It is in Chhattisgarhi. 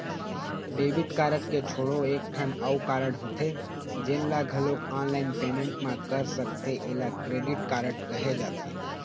डेबिट कारड के छोड़े एकठन अउ कारड होथे जेन ल घलोक ऑनलाईन पेमेंट म कर सकथे एला क्रेडिट कारड कहे जाथे